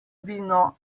vino